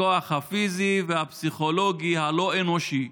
בכוח הפיזי והפסיכולוגי הלא-אנושי,